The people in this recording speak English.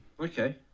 Okay